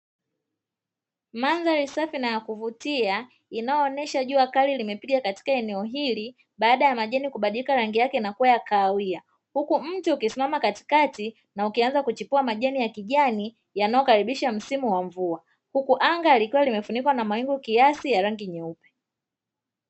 Mandhari safi na yakuvutia inayoonesha jua kali limepiga katika eneo hili baada ya majani kubadilika rangi yake nakuwa ya kahawia, huku mti ukisimama katikati na ukianza kuchipua majani ya kijani yanayokaribisha msimu wa mvua, huku anga likiwa limefunikwa na mawingu kiasi ya rangi nyeupe.